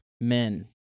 men